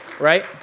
right